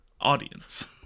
audience